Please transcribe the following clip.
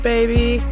Baby